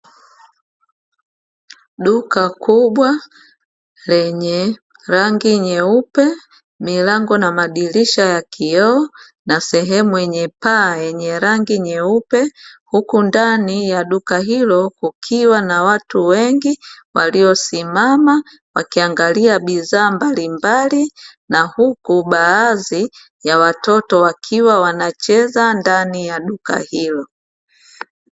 Duka kubwa lenye rangi nyeupe, milango na madirisha ya kioo na sehemu yenye paa yenye rangi nyeupe. Huku ndani ya duka hilo, kukiwa na watu wengi waliosimama wakiangalia bidhaa mbalimbali na huku baadhi ya watoto wakiwa wanacheza ndani ya duka hilo.